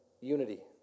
unity